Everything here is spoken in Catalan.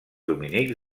dominics